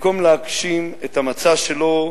במקום להגשים את המצע שלו,